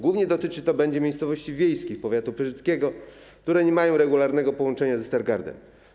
Głównie dotyczyć to będzie miejscowości wiejskich powiatu pyrzyckiego, które nie mają regularnego połączenia ze Stargardem.